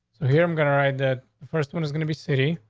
so here, i'm gonna ride. that first one is gonna be city.